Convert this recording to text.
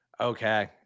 Okay